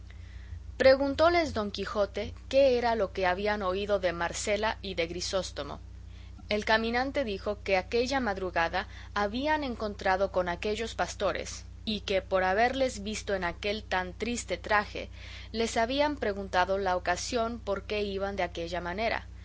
verle preguntóles don quijote qué era lo que habían oído de marcela y de grisóstomo el caminante dijo que aquella madrugada habían encontrado con aquellos pastores y que por haberles visto en aquel tan triste traje les habían preguntado la ocasión por que iban de aquella manera